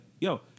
yo